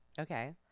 Okay